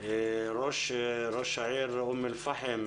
ראש העיר אום אל פאחם.